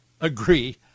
agree